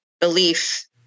Belief